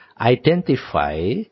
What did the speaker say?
Identify